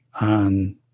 on